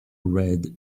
red